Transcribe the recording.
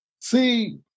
See